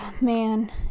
Man